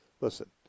listen